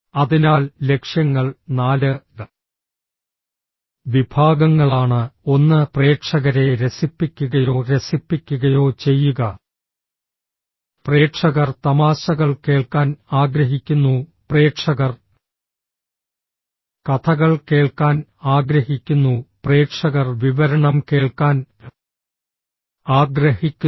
അതിനാൽ ലക്ഷ്യങ്ങൾ നാല് വിഭാഗങ്ങളാണ് ഒന്ന് പ്രേക്ഷകരെ രസിപ്പിക്കുകയോ രസിപ്പിക്കുകയോ ചെയ്യുക പ്രേക്ഷകർ തമാശകൾ കേൾക്കാൻ ആഗ്രഹിക്കുന്നു പ്രേക്ഷകർ കഥകൾ കേൾക്കാൻ ആഗ്രഹിക്കുന്നു പ്രേക്ഷകർ വിവരണം കേൾക്കാൻ ആഗ്രഹിക്കുന്നു